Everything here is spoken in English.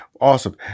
Awesome